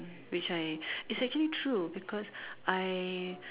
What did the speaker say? which I it's actually true because I